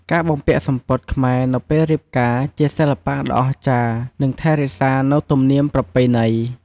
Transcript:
ការបំពាក់សំពត់ខ្មែរនៅពេលរៀបការជាសិល្បៈដ៏អស្ចារ្យនិងថែរក្សានៅទំនៀមប្រពៃណី។